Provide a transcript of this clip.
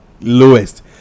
lowest